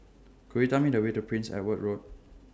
Could YOU Tell Me The Way to Prince Edward Road